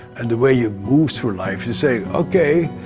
and the way you move through life, you say, okay,